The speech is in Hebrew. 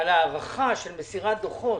על הארכה של מסירת דוחות.